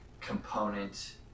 component